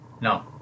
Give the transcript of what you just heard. No